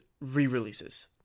re-releases